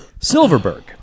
Silverberg